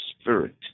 Spirit